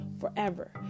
forever